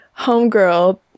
homegirl